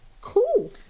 cool